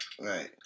right